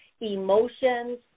emotions